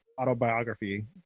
autobiography